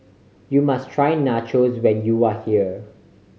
you must try Nachos when you are here